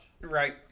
Right